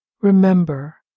remember